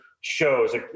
shows